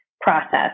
process